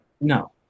no